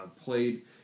Played